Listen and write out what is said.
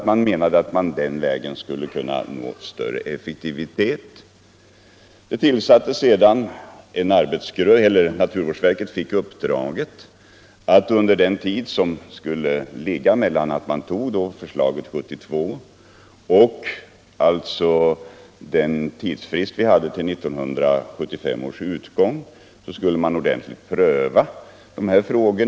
Man menade att vi på den vägen skulle uppnå större effektivitet. Naturvårdsverket fick uppdraget att under den tidsfrist vi hade fram till 1975 års utgång ordentligt pröva dessa frågor.